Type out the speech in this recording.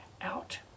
out